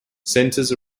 centres